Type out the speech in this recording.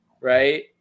right